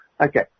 Okay